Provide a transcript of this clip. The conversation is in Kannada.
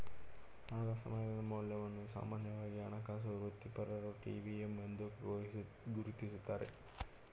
ಹಣದ ಸಮಯದ ಮೌಲ್ಯವನ್ನು ಸಾಮಾನ್ಯವಾಗಿ ಹಣಕಾಸು ವೃತ್ತಿಪರರು ಟಿ.ವಿ.ಎಮ್ ಎಂದು ಗುರುತಿಸುತ್ತಾರೆ